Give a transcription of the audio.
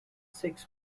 sex